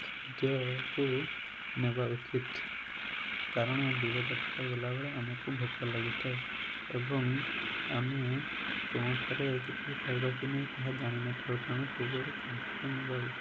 ଖାଦ୍ୟକୁ ନେବା ଉଚିତ୍ କାରଣ ଦୂରଯାତ୍ରା ଗଲାବେଳେ ଆମକୁ ଭୋକ ଲାଗିଥାଏ ଏବଂ ଆମେ କେଉଁଠାରେ କିଛି ପାଇବା କି ନାହିଁ ତାହା ଜାଣି ନଥାଉ ତେଣୁ ସବୁଆଡ଼େ ଖାଦ୍ୟ କ'ଣ ନେବା ଉଚିତ୍